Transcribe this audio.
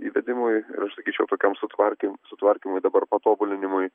įvedimui sakyčiau tokiom sutvarkėm sutvarkymui dabar patobulinimui